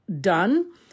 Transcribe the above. done